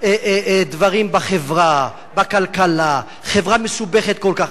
דברים בחברה, בכלכלה, חברה מסובכת כל כך.